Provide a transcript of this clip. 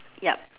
yup